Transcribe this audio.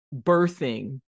birthing